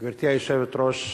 גברתי היושבת-ראש,